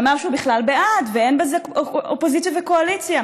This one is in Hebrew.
ואמר שהוא בכלל בעד ואין בזה אופוזיציה וקואליציה.